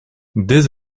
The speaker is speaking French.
dès